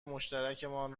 مشترکمان